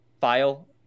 file